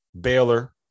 Baylor